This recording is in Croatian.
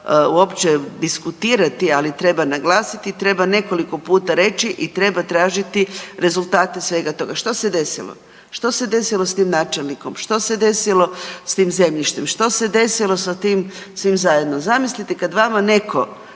uopće diskutirati, ali treba naglasiti, treba nekoliko puta reći i treba tražiti rezultate svega toga. Što se desilo? Što se desilo s tim načelnikom, što se desilo s tim zemljištem, što se desilo sa tim svim zajedno? Zamislite kad vama netko